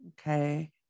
okay